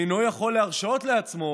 אינו יכול להרשות לעצמו